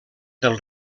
del